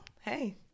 Hey